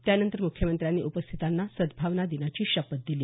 त्यानंतर मुख्यमंत्र्यांनी उपस्थितांना सद्दावना दिना ची शपथ दिली